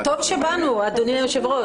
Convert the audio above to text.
טוב שבאנו, אדוני היושב-ראש.